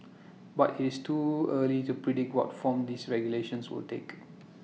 but IT is too early to predict what form these regulations will take